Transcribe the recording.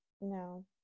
No